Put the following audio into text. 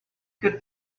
could